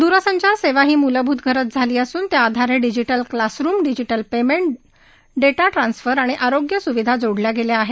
द्रसंचार सेवा ही मूलभूत गरज झाली असून त्या आधारे digital classroom digital payment data transfer आरोग्य स्विधा जोडल्या गेल्या आहेत